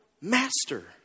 master